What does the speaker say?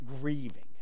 grieving